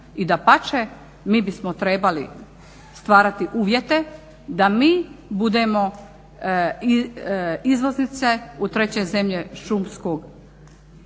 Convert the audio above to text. I dapače, mi bismo trebali stvarati uvjete da mi budemo izvoznici u treće zemlje šumskog